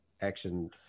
action